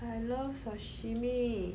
I love sashimi